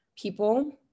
people